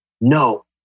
No